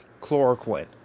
chloroquine